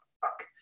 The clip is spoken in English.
fuck